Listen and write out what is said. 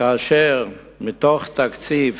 כאשר מתוך תקציב